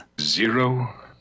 Zero